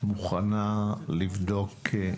מוכנה לבדוק?